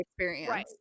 right